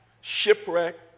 shipwreck